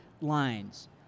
lines